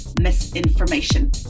misinformation